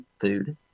food